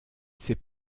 ces